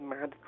mad